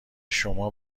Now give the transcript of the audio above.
شما